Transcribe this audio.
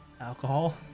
Alcohol